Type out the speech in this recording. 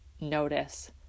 notice